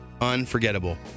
Unforgettable